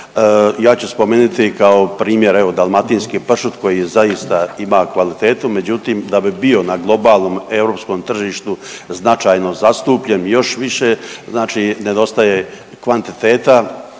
Ja ću spomenuti kao primjer evo dalmatinski pršut koji je zaista ima kvalitetu, međutim da bi bio na globalnom europskom tržištu značajno zastupljen još više znači nedostaje kvantiteta,